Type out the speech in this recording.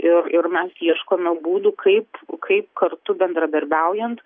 ir ir mes ieškome būdų kaip kaip kartu bendradarbiaujant